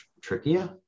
trickier